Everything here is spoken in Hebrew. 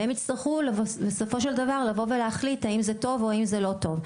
והם יצטרכו בסופו של דבר לבוא ולהחליט האם זה טוב או האם זה לא טוב.